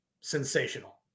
sensational